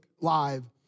live